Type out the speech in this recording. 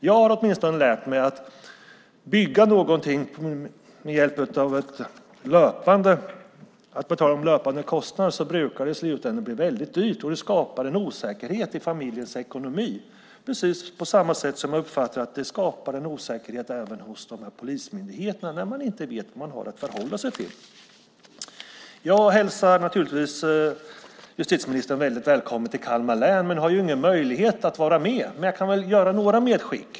Jag har åtminstone lärt mig att om man bygger någonting med löpande kostnader brukar det i slutänden bli väldigt dyrt. Det skapar en osäkerhet i familjens ekonomi. På samma sätt uppfattar jag att det skapar en osäkerhet i polismyndigheterna när man inte vet vad man har att förhålla sig till. Jag hälsar naturligtvis justitieministern väldigt välkommen till Kalmar län. Jag har ingen möjlighet att vara med, men jag kan göra några medskick.